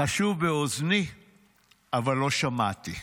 לחשו באוזני אבל לא שמעתי.